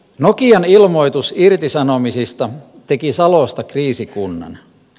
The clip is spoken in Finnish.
nokian ilmoitus irtisanomisista teki salosta kriisikunnan